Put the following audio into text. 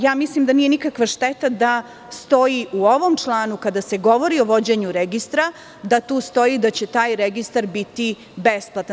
Ja mislim da nije nikakva šteta da stoji u ovom članu, kad se govori o vođenju registra, da tu stoji da će taj registar biti besplatan.